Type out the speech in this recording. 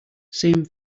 same